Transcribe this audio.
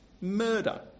murder